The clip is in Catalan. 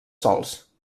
sols